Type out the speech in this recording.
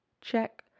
check